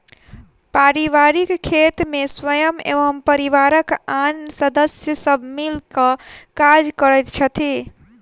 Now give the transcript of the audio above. पारिवारिक खेत मे स्वयं एवं परिवारक आन सदस्य सब मिल क काज करैत छथि